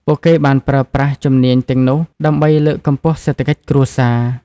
ពួកគេបានប្រើប្រាស់ជំនាញទាំងនោះដើម្បីលើកកម្ពស់សេដ្ឋកិច្ចគ្រួសារ។